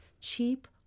Cheap